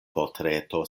portreto